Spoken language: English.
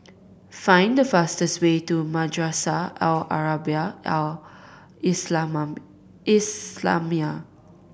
find the fastest way to Madrasah Al Arabiah Al Islamiah